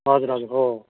हजुर हजुर हो हो